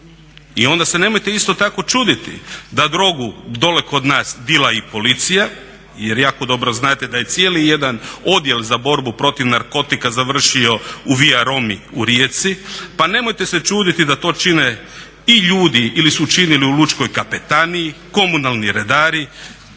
I onda se nemojte isto tako čuditi da drogu dole kod nas dila i policija jer jako dobro znate da je cijeli jedan odjel za borbu protiv narkotika završio u Via Romi u Rijeci. Pa nemojte se čuditi da to čine i ljudi ili su činili u Lučkoj kapetaniji, komunalni redari